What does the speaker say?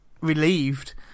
relieved